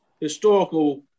historical